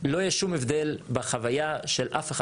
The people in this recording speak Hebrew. לא יהיה שום הבדל בחוויה של אף אחד.